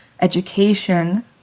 education